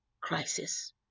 crisis